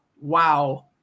wow